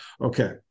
okay